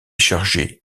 chargé